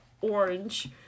orange